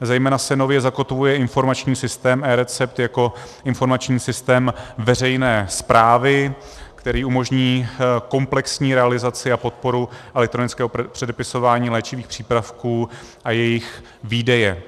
Zejména se nově zakotvuje informační systém eRecept jako informační systém veřejné správy, který umožní komplexní realizaci a podporu elektronického předepisování léčivých přípravků a jejich výdeje.